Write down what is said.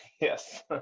Yes